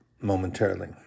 momentarily